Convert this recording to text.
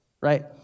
right